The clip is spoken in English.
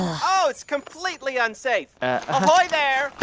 ah oh, it's completely unsafe. ahoy there,